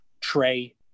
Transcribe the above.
trey